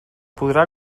podrà